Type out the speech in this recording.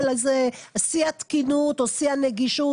איזה שיא התקינות או שיא הנגישות,